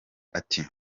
ati